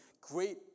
great